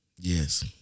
Yes